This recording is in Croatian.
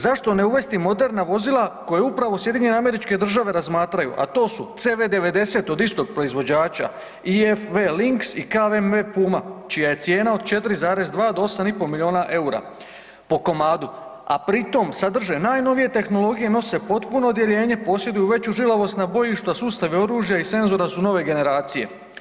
Zašto ne uvesti moderna vozila koja upravo SAD razmatraju a to su CV 90 od istog proizvođača, IFV Links i KVM Puma čija je cijena od 4,2 do 8,5 milijuna eura po komadu a pritom sadrže najnovije tehnologije, nose potpuno odjeljenje, posjeduju veću žilavost na bojištu a sustav i oružja i senzora su nove generacije?